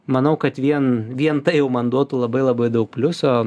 manau kad vien vien tai jau man duotų labai labai daug pliuso